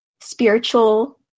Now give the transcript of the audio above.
spiritual